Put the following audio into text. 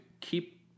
keep